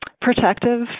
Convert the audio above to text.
protective